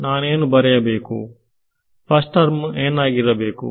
ನಾನೇನು ಬರೆಯಬೇಕು first term ಏನಾಗಿರಬೇಕು